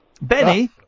Benny